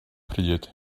pryd